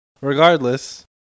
Regardless